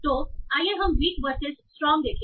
तो आइए हम वीक वर्सेस स्ट्रांग देखें